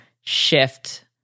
shift